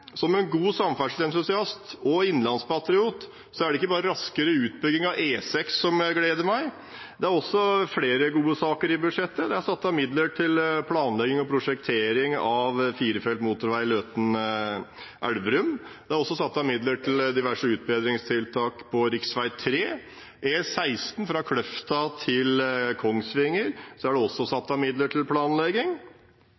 Som en god samferdselsentusiast og innlandspatriot er det ikke bare raskere utbygging av E6 som gleder meg. Det er også flere gode saker i budsjettet: Det er satt av midler til planlegging og prosjektering av firefelts motorvei Løten–Elverum. Det er også satt av midler til diverse utbedringstiltak på rv. 3. Det er også satt av midler til planlegging på E16 fra Kløfta til Kongsvinger. Og kanskje det